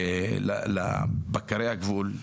לבקרי הגבול,